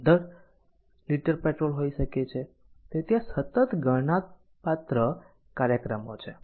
15 litre petrol હોઈ શકે છે તેથી આ સતત ગણનાપાત્ર કાર્યક્રમો છે